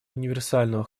универсального